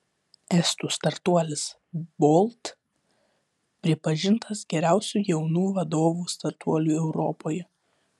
estų startuolis bolt pripažintas geriausiu jaunų vadovų startuoliu europoje